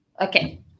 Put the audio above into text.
Okay